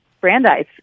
Brandeis